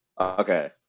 Okay